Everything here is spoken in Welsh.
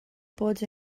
bod